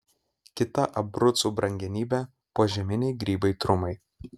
kita abrucų brangenybė požeminiai grybai trumai